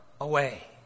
away